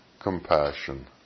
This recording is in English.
compassion